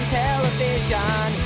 television